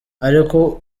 ariko